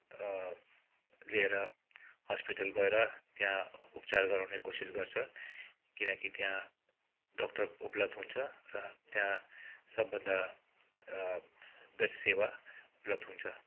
लिएर हस्पिटल गएर त्यहाँ उपचार गराउने कोसिस गर्छ किनकि त्यहाँ डक्टर उपलब्ध हुन्छ त्यहाँ सबभन्दा बेस्ट सेवा उपल्ब्ध हुन्छ